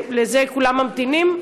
לזה כולם ממתינים?